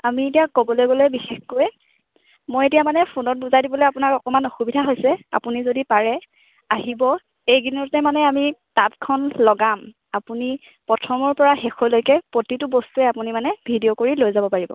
আমি এতিয়া ক'বলৈ গ'লে বিশেষকৈ মই এতিয়া মানে ফোনত বুজাই দিবলৈ আপোনাক মানে অকণমান অসুবিধা হৈছে আপুনি যদি পাৰে আহিব এই কেইদিনতে মানে আমি তাঁতখন লগাম আপুনি প্ৰথমৰ পৰা শেষলৈকে প্ৰতিটো বস্তুৱেই আপুনি মানে ভিডিঅ' কৰি লৈ যাব পাৰিব